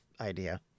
idea